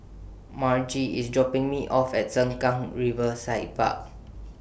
Margie IS dropping Me off At Sengkang Riverside Park